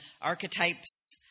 archetypes